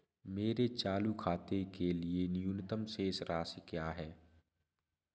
मेरे चालू खाते के लिए न्यूनतम शेष राशि क्या है?